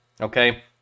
Okay